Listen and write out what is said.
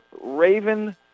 Raven